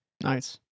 Nice